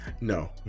No